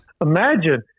imagine